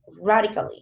radically